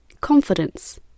confidence